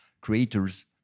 creators